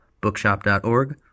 Bookshop.org